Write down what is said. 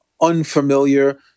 unfamiliar